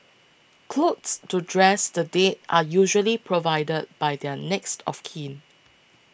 clothes to dress the dead are usually provided by their next of kin